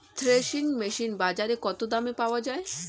Threshing machine বাজারে কত দামে পাওয়া যায়?